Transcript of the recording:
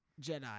Jedi